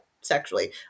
sexually